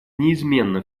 неизменно